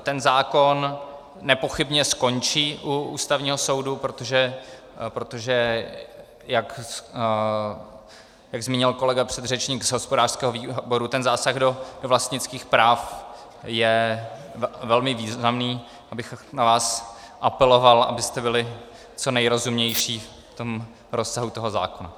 Ten zákon nepochybně skončí u Ústavního soudu, protože jak zmínil kolega předřečník z hospodářského výboru, ten zásah do vlastnických práv je velmi významný, abych na vás apeloval, abyste byli co nejrozumnější v tom rozsahu toho zákona.